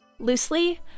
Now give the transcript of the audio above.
Loosely